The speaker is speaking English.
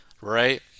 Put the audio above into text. right